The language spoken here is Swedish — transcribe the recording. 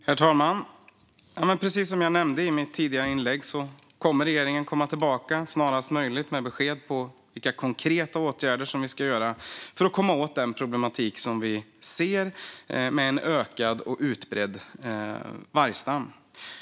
Herr talman! Precis som jag nämnde i mitt tidigare inlägg kommer regeringen att komma tillbaka snarast möjligt med besked om vilka konkreta åtgärder vi ska vidta för att komma åt den problematik vi ser med en ökad och utbredd vargstam.